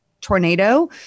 tornado